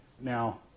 now